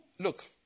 Look